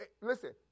Listen